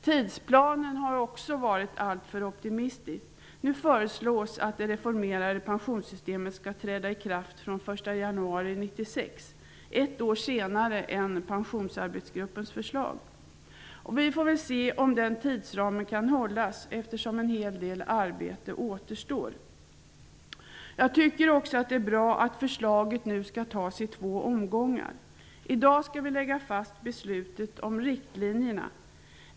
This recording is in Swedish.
Tidsplanen har också varit alltför optimistisk. Nu föreslås att det reformerade pensionssystemet skall träda i kraft från den 1 januari 1996. Det är ett år senare än Pensionsarbetsgruppens förslag. Vi får se om den tidsramen kan hållas. En hel del arbete återstår nämligen. Jag tycker också att det är bra att förslaget nu skall fattas i två omgångar. I dag skall vi fatta beslut om riktlinjerna.